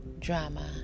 Drama